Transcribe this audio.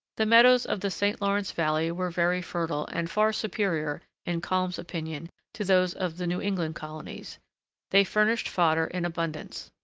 the meadows of the st lawrence valley were very fertile, and far superior, in kalm's opinion, to those of the new england colonies they furnished fodder in abundance.